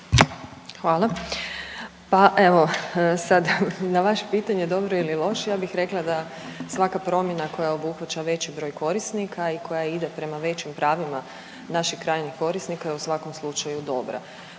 Hvala. Pa evo sad na vaše pitanje dobro ili loš, ja bih rekla da svaka promjena koja obuhvaća veći broj korisnika i koja ide prema većim pravima naših krajnjih korisnika je u svakom slučaju dobra.